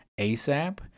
ASAP